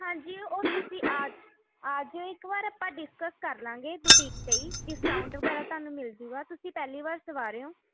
ਹਾਂਜੀ ਉਹ ਤੁਸੀਂ ਆ ਆ ਜਾਓ ਇੱਕ ਵਾਰ ਆਪਾਂ ਡਿਸਕਸ ਕਰ ਲਵਾਂਗੇ ਬੁਟੀਕ 'ਤੇ ਹੀ ਡਿਸਕਾਊਂਟ ਵਗੈਰਾ ਤੁਹਾਨੂੰ ਮਿਲ ਜੂਗਾ ਤੁਸੀਂ ਪਹਿਲੀ ਵਾਰ ਸਵਾ ਰਹੇ ਹੋ